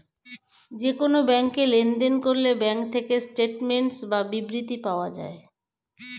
যে কোন ব্যাংকে লেনদেন করলে ব্যাঙ্ক থেকে স্টেটমেন্টস বা বিবৃতি পাওয়া যায়